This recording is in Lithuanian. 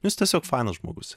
jis tiesiog fainas žmogus